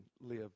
live